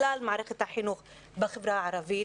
בכלל מערכת החינוך בחברה הערבית.